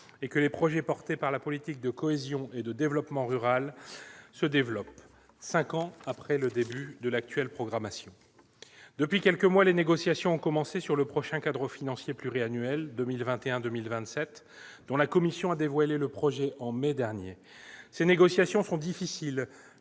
et les projets financés par la politique de cohésion et de développement rural prennent leur essor, cinq ans après le début de l'actuelle programmation ! Il y a quelques mois ont débuté les négociations relatives au prochain cadre financier pluriannuel 2021-2027, dont la Commission a dévoilé le projet en mai dernier. Ces négociations sont difficiles